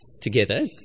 together